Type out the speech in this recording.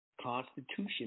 Constitution